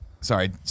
sorry